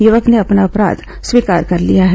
यूवक ने अपना अपराध स्वीकार कर लिया है